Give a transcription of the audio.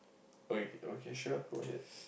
okay okay sure go ahead